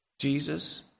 Jesus